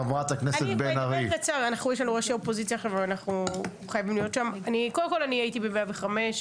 קודם כל אני הייתי ב-105.